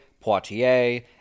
Poitiers